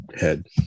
head